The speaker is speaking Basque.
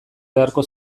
beharko